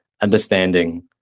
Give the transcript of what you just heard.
understanding